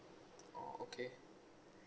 oh okay